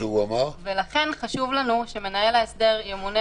קיום אני חושב שעסקאות של 10% מן המחזור ממילא